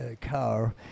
car